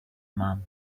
mom